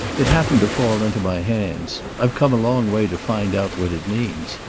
it happened to fall into my hands. i've come a long way to find out what it means.